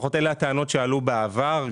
אלה הטענות שעלו בעבר.